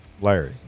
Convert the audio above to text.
Larry